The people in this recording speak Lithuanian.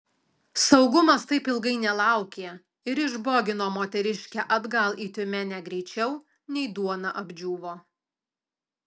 saugumas taip ilgai nelaukė ir išbogino moteriškę atgal į tiumenę greičiau nei duona apdžiūvo